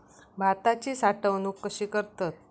भाताची साठवूनक कशी करतत?